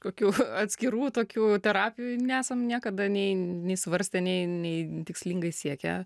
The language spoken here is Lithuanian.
kokių atskirų tokių terapijų nesam niekada nei nei svarstę nei nei tikslingai siekę